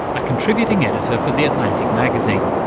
a contributing editor for the atlantic magazine.